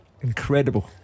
incredible